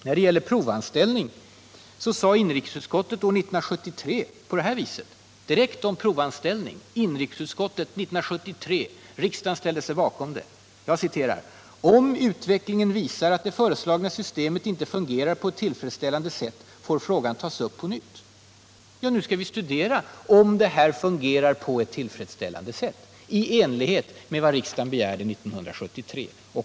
När det gäller provanställning sade inrikesutskottet år 1973, vilket riksdagen ställde sig bakom: ”Om utvecklingen visar att det föreslagna systemet inte fungerar på ett tillfredsställande sätt får frågan tas upp på nytt.” Nu skall vi studera om det här fungerar på ett tillfredsställande sätt - i enlighet med vad riksdagen begärde 1973.